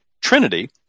Trinity